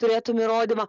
turėtum įrodymą